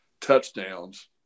touchdowns